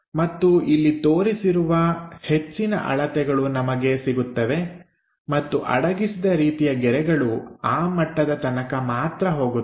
ಮತ್ತು ಇಲ್ಲಿ ತೋರಿಸಿರುವ ಹೆಚ್ಚಿನ ಅಳತೆಗಳು ನಮಗೆ ಸಿಗುತ್ತವೆ ಮತ್ತು ಅಡಗಿಸಿದ ರೀತಿಯ ಗೆರೆಗಳು ಆ ಮಟ್ಟದ ತನಕ ಮಾತ್ರ ಹೋಗುತ್ತವೆ